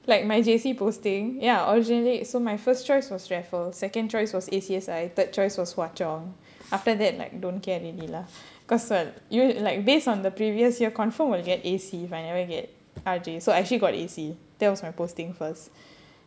like my J_C posting ya originally so my first choice was raffles second choice was A_C_S_I third choice was hua chong after that like don't care ready lah because uh you like based on the previous year confirm will get A_C if I never get R_J so I actually got A_C that was my posting first